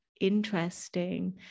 interesting